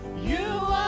you